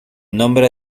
nombre